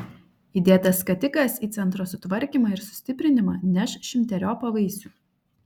įdėtas skatikas į centro sutvarkymą ir sustiprinimą neš šimteriopą vaisių